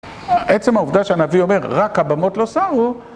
עצם העובדה שהנביא אומר רק הבמות לא סרו